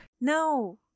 No